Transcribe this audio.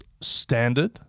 standard